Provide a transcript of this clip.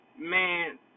man